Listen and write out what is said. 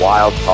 Wild